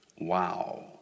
Wow